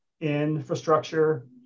infrastructure